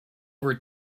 over